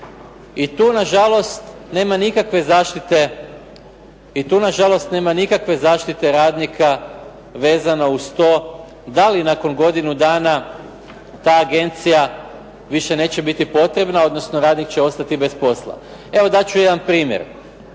I tu nažalost nema nikakve zaštite radnika vezano uz to da li nakon godinu dana ta agencija više neće biti potrebna odnosno radnik će ostati bez posla. Evo dat ću jedan primjer.